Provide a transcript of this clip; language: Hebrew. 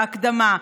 ההקדמה,